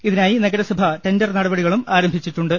ഇതിനായി നഗ രസഭ ടെണ്ടർ നടപടികളും ആരംഭിച്ചിട്ടുണ്ട്